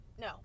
no